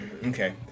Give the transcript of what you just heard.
Okay